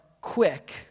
quick